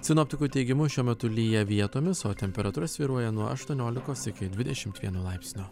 sinoptikų teigimu šiuo metu lyja vietomis o temperatūra svyruoja nuo aštuoniolikos iki dvidešim vieno laipsnio